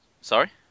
Sorry